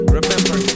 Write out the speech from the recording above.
Remember